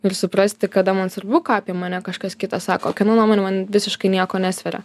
ir suprasti kada man svarbu ką apie mane kažkas kitas sako kieno nuomonė man visiškai nieko nesveria